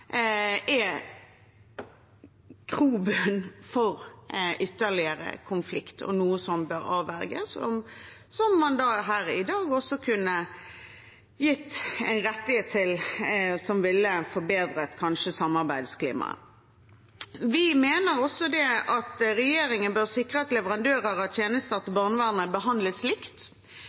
er grobunn for ytterligere konflikt, og noe som bør avverges. Dette kunne man her i dag også gitt rett til, og det ville kanskje forbedret samarbeidsklimaet. Vi mener også at regjeringen bør sikre at leverandører av tjenester til barnevernet behandles likt.